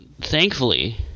thankfully